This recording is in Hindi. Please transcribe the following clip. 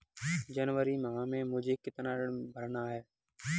जनवरी माह में मुझे कितना ऋण भरना है?